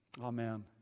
Amen